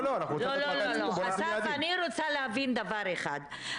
לא, אני רוצה להבין דבר אחד.